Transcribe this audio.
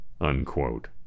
Unquote